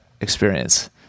experience